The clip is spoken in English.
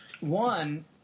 one